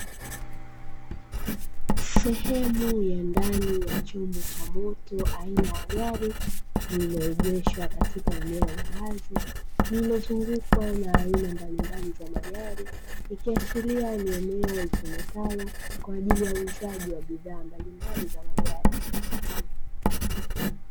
Sehemu ya ndani ya chombo cha moto aina ya gari, blililoegeshwa katika eneo la wazi lililozungukwa na aina mbalimbali, za magari ikiwemo ikiashiria ni eneo litumikalo kwa ajili ya uuzaji wa bidhaa mbalimbali za magari.